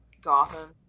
Gotham